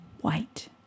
white